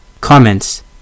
Comments